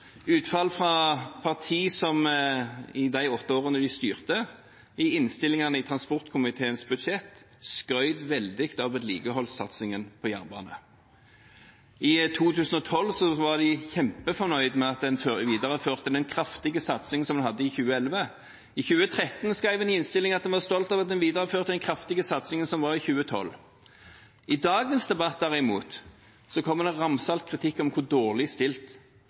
utfall, utfall fra partier som i de åtte årene de styrte, i innstillingene i transportkomiteens budsjett skrøt veldig av vedlikeholdssatsingen på jernbane. I 2012 var de kjempefornøyd med at en videreførte den kraftige satsingen som en hadde i 2011. I 2013 skrev en i innstillingen at en var stolt av at en videreførte den kraftige satsingen som var i 2012. I dagens debatt, derimot, kommer det ramsalt kritikk av hvor dårlig stilt